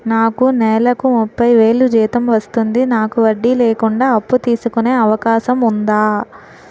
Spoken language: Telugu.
నాకు నేలకు ముప్పై వేలు జీతం వస్తుంది నాకు వడ్డీ లేకుండా అప్పు తీసుకునే అవకాశం ఉందా